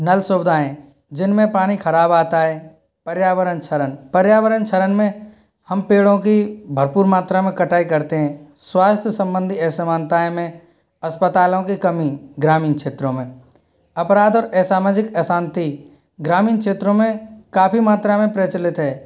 नल सुवधाएं जिनमे पानी खराब आता है पर्यावरण क्षरण पर्यावरण क्षरण में हम पेड़ों की भरपूर मात्रा में कटाई करते हैं स्वास्थ्य संबंधित असमानताए में अस्पतालों की कमी ग्रामीण क्षेत्रों में अपराध और असामाजिक अशांति ग्रामीण क्षेत्रों में काफ़ी मात्रा में प्रचलित है